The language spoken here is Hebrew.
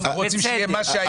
אנחנו רוצים שיהיה מה שהיה.